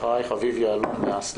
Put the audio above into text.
אחריך אביב יהלום מאסל"י.